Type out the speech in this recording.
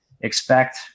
expect